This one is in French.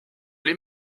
les